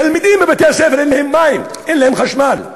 תלמידים בבתי-הספר אין להם מים, אין להם חשמל.